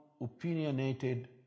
opinionated